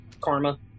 karma